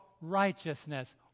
righteousness